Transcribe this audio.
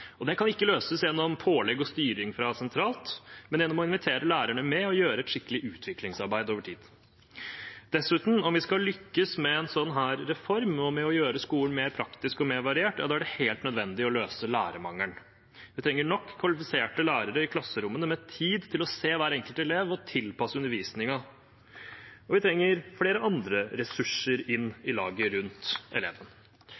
Det kan ikke løses gjennom pålegg og styring sentralt, men gjennom å invitere lærerne med og gjøre et skikkelig utviklingsarbeid over tid. Dessuten: Om vi skal lykkes med en sånn reform og med å gjøre skolen mer praktisk og variert, er det helt nødvendig å løse lærermangelen. Vi trenger nok kvalifiserte lærere i klasserommene med tid til å se hver enkelt elev og tilpasse undervisningen, og vi trenger flere andre ressurser